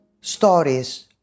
stories